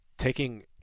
taking